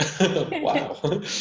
Wow